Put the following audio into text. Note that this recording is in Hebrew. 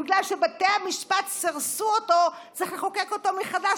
ורק בגלל שבתי המשפט סירסו אותו צריך לחוקק אותו מחדש,